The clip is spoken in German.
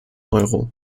euro